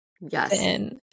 Yes